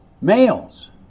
males